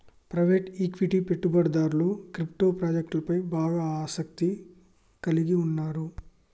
private equity పెట్టుబడిదారులు crypto ప్రాజెక్టులపై బాగా ఆసక్తిని కలిగి ఉన్నరు